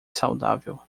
saudável